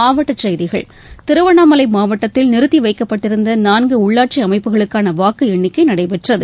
மாவட்டச் செய்திகள் திருவண்ணாமலை மாவட்டத்தில் நிறுத்தி வைக்கப்பட்டிருந்த நான்கு உள்ளாட்சி அமைப்புகளுக்கான வாக்கு எண்ணிக்கை நடைபெற்றது